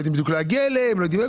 שלא יודעים להגיע אליהם.